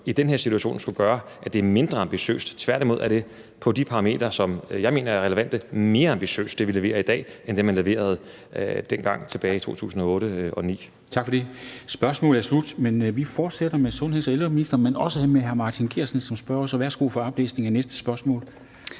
i den her situation, som skulle gøre, at det er mindre ambitiøst. Tværtimod er det på de parametre, som jeg mener er relevante, mere ambitiøst, hvad vi leverer i dag, end hvad man leverede dengang tilbage i 2008 og 2009. Kl. 14:16 Formanden (Henrik Dam Kristensen): Tak for det. Spørgsmålet er slut. Vi fortsætter med sundheds- og ældreministeren, men også med hr. Martin Geertsen som spørger. Kl. 14:17 Spm. nr. S 1293 10) Til